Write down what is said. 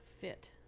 fit